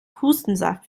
hustensaft